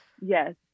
Yes